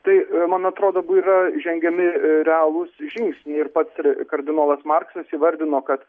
tai man atrodo yra žengiami realūs žingsniai ir pats kardinolas marksas įvardino kad